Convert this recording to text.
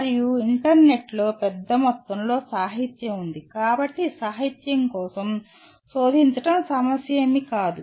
మరియు ఇంటర్నెట్లో పెద్ద మొత్తంలో సాహిత్యం ఉంది కాబట్టి సాహిత్యం కోసం శోధించడం సమస్య కాదు